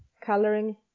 coloring